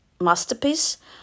masterpiece